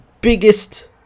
biggest